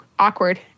Awkward